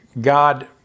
God